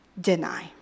deny